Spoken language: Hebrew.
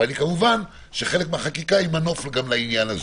אבל כמובן שחלק מהחקיקה היא מנוף לעניין הזה.